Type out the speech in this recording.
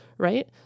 Right